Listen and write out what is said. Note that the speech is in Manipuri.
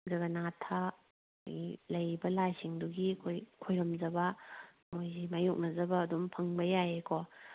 ꯖꯥꯒꯅꯥꯊ ꯑꯗꯒꯤ ꯂꯩꯔꯤꯕ ꯂꯥꯏꯁꯤꯡꯗꯨꯒꯤ ꯑꯩꯈꯣꯏ ꯈꯣꯏꯔꯝꯖꯕ ꯃꯈꯣꯏꯁꯤ ꯃꯥꯌꯣꯛꯅꯖꯕ ꯑꯗꯨꯝ ꯐꯪꯕ ꯌꯥꯏꯀꯣ